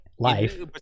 Life